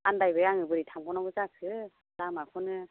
आन्दायबाय आङो बोरै थांबावनांगौ जाखो लामाखौनो